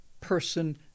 person